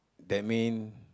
that mean